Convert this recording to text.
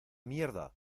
mierda